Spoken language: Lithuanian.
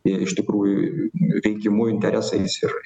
iš tikrųjų rinkimų interesais ir sėkme